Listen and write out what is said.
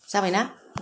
जाबायना